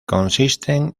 consisten